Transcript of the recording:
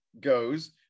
goes